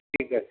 ঠিক আছে